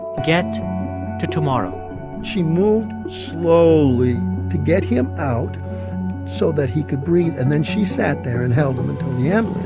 get to tomorrow she moved slowly to get him out so that he could breathe. and then she sat there and held him until and the ambulance